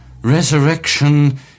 resurrection